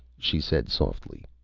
she said softly.